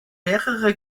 mehrere